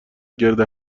گرد